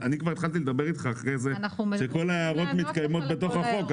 אני כבר התחלתי לדבר איתך אחרי זה שכל ההערות מתקיימות בתוך החוק,